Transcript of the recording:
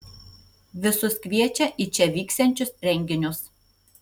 visus kviečia į čia vyksiančius renginius